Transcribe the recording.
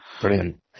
brilliant